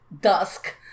dusk